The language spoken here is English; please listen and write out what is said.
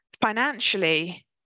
financially